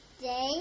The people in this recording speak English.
day